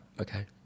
okay